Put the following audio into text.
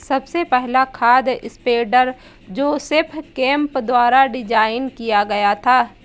सबसे पहला खाद स्प्रेडर जोसेफ केम्प द्वारा डिजाइन किया गया था